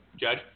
Judge